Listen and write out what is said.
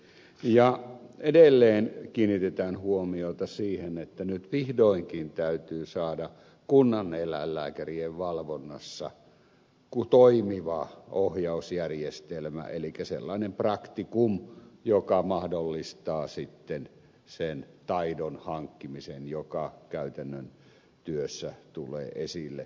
ja edelleen kiinnitetään huomiota siihen että nyt vihdoinkin täytyy saada kunnaneläinlääkärien valvonnassa toimiva ohjausjärjestelmä elikkä sellainen praktikum joka mahdollistaa sitten sen taidon hankkimisen joka käytännön työssä tulee esille